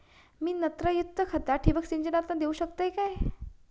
मी नत्रयुक्त खता ठिबक सिंचनातना देऊ शकतय काय?